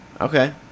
Okay